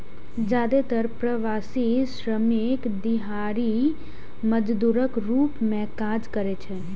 जादेतर प्रवासी श्रमिक दिहाड़ी मजदूरक रूप मे काज करै छै